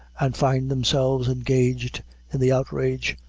and find themselves engaged in the outrage,